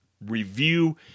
review